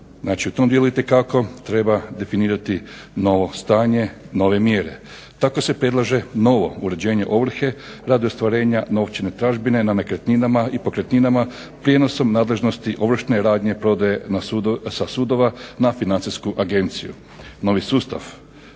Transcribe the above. u tom dijelu itekako treba definirati novo stanje, nove mjere. Tako se predlaže novo uređenje ovrhe radi ostvarenja novčane tražbine nad nekretninama i pokretninama prijenosom nadležnosti ovršne radnje prodaje sa sudova na Financijsku agenciju. Novi sustav